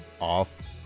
off